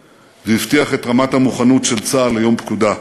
והבטיח את רמת המוכנות של צה"ל ליום פקודה.